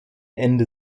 ende